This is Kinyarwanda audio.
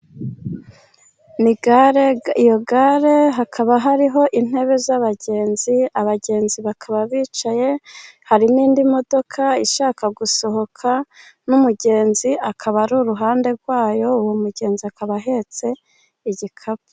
Ni gare iyo gare hakaba hariho intebe z'abagenzi, abagenzi bakaba bicaye hari n'indi modoka ishaka gusohoka n'umugenzi akaba ari uruhande rwayo, uwo mugenzi akaba ahetse igikapu.